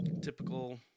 typical